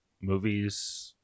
movies